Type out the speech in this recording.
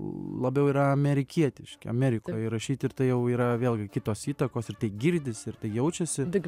labiau yra amerikietiški amerikoj įrašyti ir tai jau yra vėlgi kitos įtakos ir tai girdisi ir tai jaučiasi tik